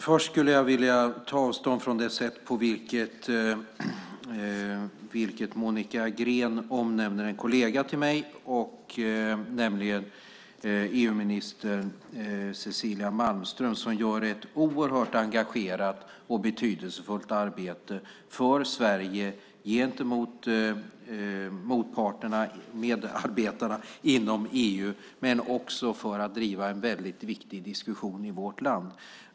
Fru talman! Först vill jag ta avstånd från det sätt på vilket Monica Green omnämner en kollega till mig. EU-minister Cecilia Malmström gör ett oerhört engagerat och betydelsefullt arbete för Sverige gentemot motparterna och medarbetarna inom EU men också för att driva en väldigt viktig diskussion i vårt land.